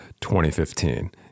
2015